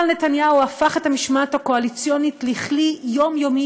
אבל נתניהו הפך את המשמעת הקואליציונית לכלי יומיומי